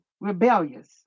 rebellious